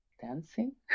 dancing